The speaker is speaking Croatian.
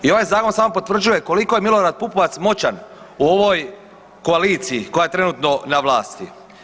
I ovaj zakon samo potvrđuje koliko je Milorad Pupovac moćan u ovoj koaliciji koja je trenutno na vlasti.